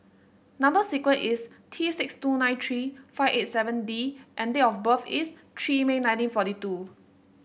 number sequence is T six two nine three five eight seven D and date of birth is three May nineteen forty two